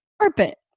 carpet